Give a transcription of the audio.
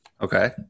Okay